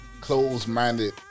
closed-minded